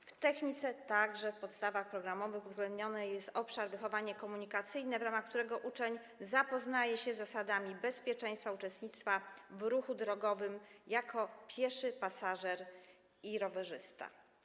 W zakresie techniki także w podstawach programowych uwzględniony jest obszar wychowania komunikacyjnego, w ramach którego uczeń zapoznaje się z zasadami bezpieczeństwa i uczestnictwa w ruchu drogowym jako pieszy, pasażer i rowerzysta.